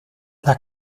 las